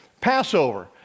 Passover